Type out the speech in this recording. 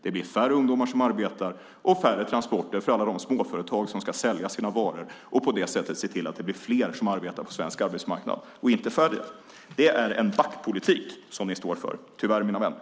Det blir färre ungdomar som arbetar och färre transporter för alla de småföretag som ska sälja sina varor och på det sättet se till att det blir fler som arbetar på svensk arbetsmarknad och inte färre. Det är en backpolitik som ni står för, tyvärr, mina vänner.